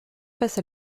face